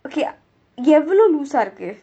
okay எவ்ளோ:evalo loose ah இருக்கு:irukku